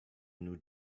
new